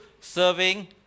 serving